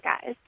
guys